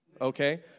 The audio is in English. okay